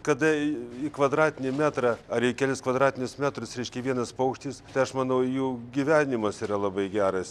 kada į kvadratinį metrą ar į kelis kvadratinius metrus reiškia vienas paukštis tai aš manau jų gyvenimas yra labai geras